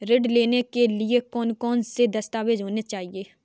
ऋण लेने के लिए कौन कौन से दस्तावेज होने चाहिए?